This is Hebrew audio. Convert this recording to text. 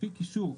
מספיק קישור.